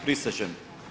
Prisežem.